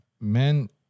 men